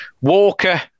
Walker